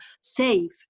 safe